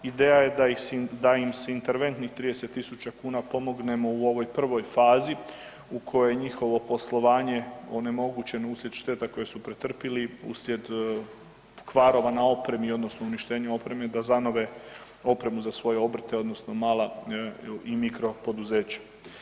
Ideja je da im s interventnih 30.000 kuna pomognemo u ovoj prvoj fazi u kojoj je njihovo poslovanje onemogućeno uslijed šteta koje su pretrpjeli uslijed kvarova na opremi odnosno uništenju opreme da zanove opremu za svoje obrte odnosno mala i mikro poduzeća.